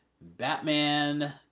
Batman